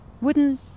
wooden